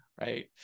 right